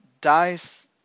DICE